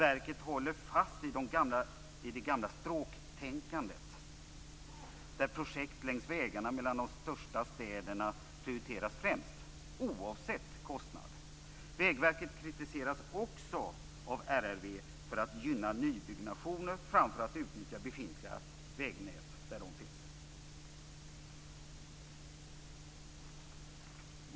Verket håller fast vid det gamla stråktänkandet, där projekt längs vägarna mellan de största städerna prioriteras främst - oavsett kostnad. Vägverket kritiseras också av RRV för att gynna nybyggnationer framför att utnyttja befintliga vägnät där de finns.